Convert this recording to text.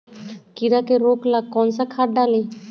कीड़ा के रोक ला कौन सा खाद्य डाली?